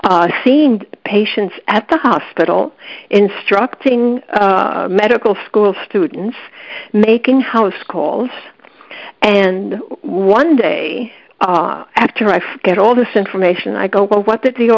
seeing patients at the hospital instructing medical school students making house calls and one day after i get all this information i go well what th